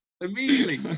immediately